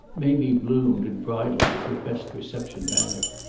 mamie bloomed and bridled with her best reception manner.